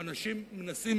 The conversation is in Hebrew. אנשים מנסים,